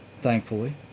thankfully